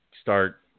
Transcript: start